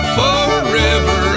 forever